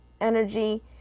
energy